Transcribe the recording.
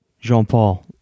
Jean-Paul